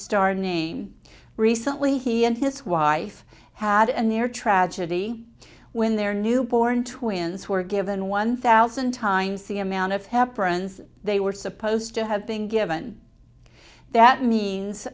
star name recently he and his wife had a near tragedy when their newborn twins were given one thousand times the amount of heparin they were supposed to have been given that means